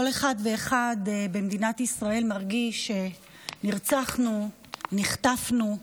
כל אחד ואחד במדינת ישראל מרגיש שנרצחנו, נחטפנו,